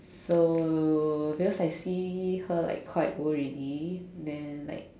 so because I see her like quite old already then like